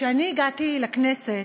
כשאני הגעתי לכנסת,